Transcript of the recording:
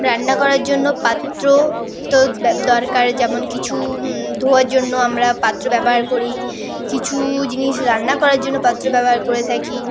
রান্না করার জন্য পাত্র তো ব্যা দরকার যেমন কিছু ধোয়ার জন্য আমরা পাত্র ব্যবহার করি কিছু জিনিস রান্না করার জন্য পাত্র ব্যবহার করে থাকি